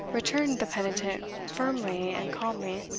returned the penitent firmly and calmly,